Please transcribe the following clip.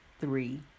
three